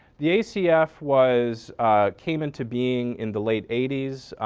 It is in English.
the acf was came into being in the late eighty s,